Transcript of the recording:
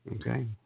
Okay